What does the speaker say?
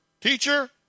Teacher